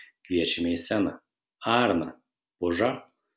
kviečiame į sceną arną pužą